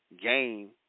game